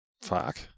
Fuck